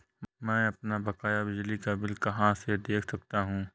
मैं अपना बकाया बिजली का बिल कहाँ से देख सकता हूँ?